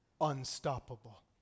unstoppable